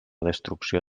destrucció